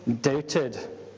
doubted